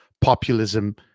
populism